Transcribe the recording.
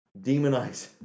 demonize